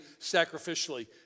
sacrificially